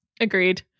Agreed